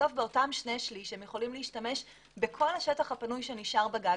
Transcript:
בסוף באותם שני שליש הם יכולים להשתמש בכל השטח הפנוי שנשאר בגג.